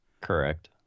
Correct